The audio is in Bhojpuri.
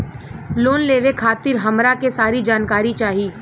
लोन लेवे खातीर हमरा के सारी जानकारी चाही?